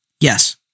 yes